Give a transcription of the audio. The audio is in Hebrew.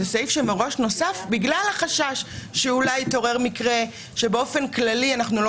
זה סעיף שמראש נוסף בגלל החשש שאולי יתעורר מקרה שבאופן כללי אנחנו לא